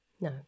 No